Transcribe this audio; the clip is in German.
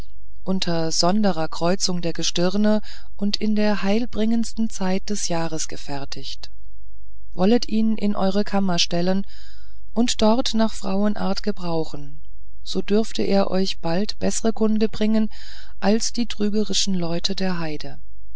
unter sonderer kreuzung der gestirne und in der heilbringendsten zeit des jahres gefertigt wollet ihn in eure kammer stellen und dort nach frauen art gebrauchen so dürfte er euch bald bessere kunde bringen als die trügerischen leute der heide